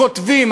כותבים,